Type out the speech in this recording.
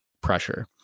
pressure